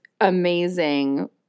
Amazing